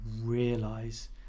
realise